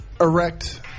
erect